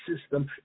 system